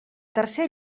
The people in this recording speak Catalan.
tercer